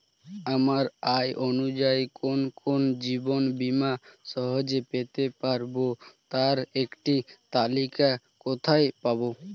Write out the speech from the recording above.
আমার আয় অনুযায়ী কোন কোন জীবন বীমা সহজে পেতে পারব তার একটি তালিকা কোথায় পাবো?